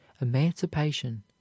emancipation